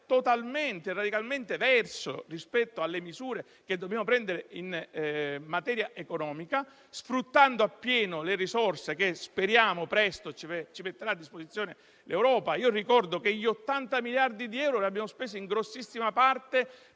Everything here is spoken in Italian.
totalmente e radicalmente verso rispetto alle misure che dobbiamo prendere in materia economica, sfruttando appieno le risorse che speriamo presto ci metterà a disposizione l'Europa. Ricordo che in grossissima parte abbiamo speso gli 80 miliardi